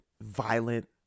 Violent